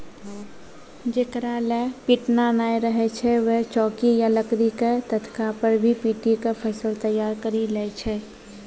जेकरा लॅ पिटना नाय रहै छै वैं चौकी या लकड़ी के तख्ता पर भी पीटी क फसल तैयार करी लै छै